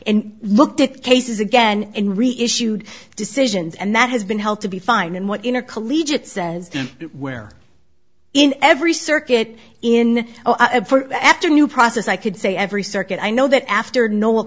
and looked at cases again in re issued decisions and that has been held to be fine and what intercollegiate says where in every circuit in after new process i could say every circuit i know that after kno